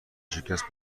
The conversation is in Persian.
شکست